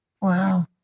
Wow